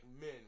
men